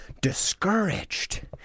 discouraged